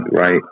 right